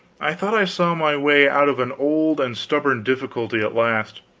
i thought i saw my way out of an old and stubborn difficulty at last.